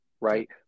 Right